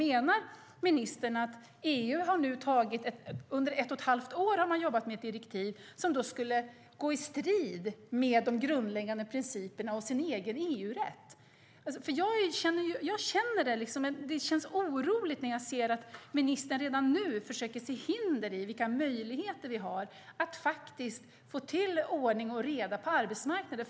Menar ministern att man nu under ett och ett halvt år har jobbat med ett direktiv som skulle gå i strid med de grundläggande principerna och den egna EU-rätten? Det känns oroligt när ministern redan nu försöker se hinder för vilka möjligheter vi har för att få ordning och reda på arbetsmarknaden.